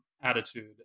attitude